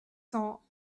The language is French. cents